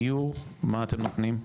לגבי דיור, מה אתם נותנים?